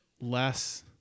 less